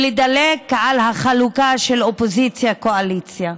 ולדלג על החלוקה של אופוזיציה קואליציה.